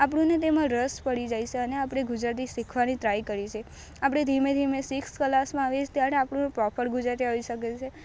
આપણને તેમાં રસ પડી જાય છે અને આપણે ગુજરાતી શીખવાની ટ્રાય કરીએ છે આપણે ધીમે ધીમે સિક્સ ક્લાસમાં આવીએ ત્યારે આપણે પ્રોપર ગુજરાતી આવડી શકે છે